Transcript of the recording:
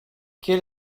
quel